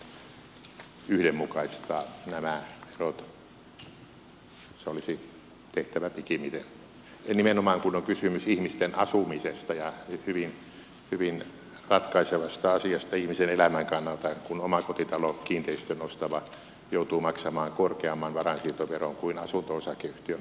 se olisi tehtävä pikimmiten ja nimenomaan kun on kysymys ihmisten asumisesta ja hyvin ratkaisevasta asiasta ihmisen elämän kannalta kun omakotitalokiinteistön ostava joutuu maksamaan korkeamman varainsiirtoveron kuin asunto osakeyhtiön osakkeen ostava